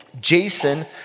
Jason